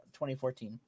2014